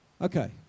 Okay